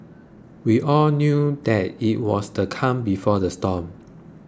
we all knew that it was the calm before the storm